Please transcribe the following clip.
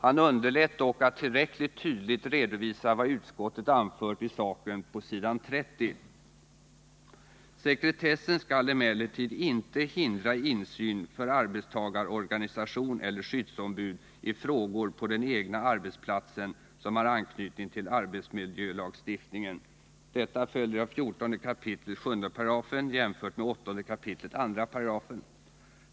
Han underlät dock att tillräckligt tydligt redovisa vad utskottet anfört i saken på s. 30: ”Sekretessen skall emellertid inte hindra insyn för arbetstagarorganisation eller skyddsombud i frågor på den egna arbetsplatsen som har anknytning till arbetsmiljölagstiftningen. Detta följer av 14 kap. 7§ jämfört med 8 kap. 2 §.